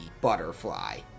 butterfly